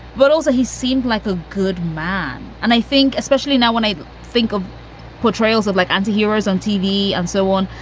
but also, he seemed like a good man. and i think especially now when i think of portrayals of like anti-heroes on tv and so on,